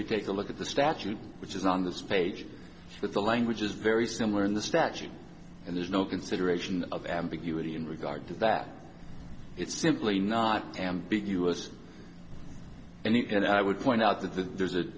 you take a look at the statute which is on this page with the language is very similar in the statute and there's no consideration of ambiguity in regard to that it's simply not ambiguous and i would point out th